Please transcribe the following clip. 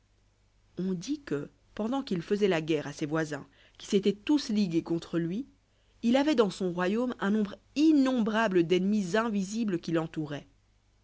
on dit que pendant qu'il faisoit la guerre à ses voisins qui s'étoient tous ligués contre lui il avoit dans son royaume un nombre innombrable d'ennemis invisibles qui